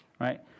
right